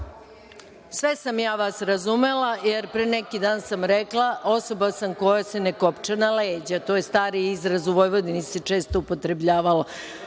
je…)Sve sam ja vas razumela, jer pre neki dan sam rekla da sam osoba koja se ne kopča na leđa. To je stari izraz. U Vojvodini se često upotrebljavao